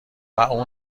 اون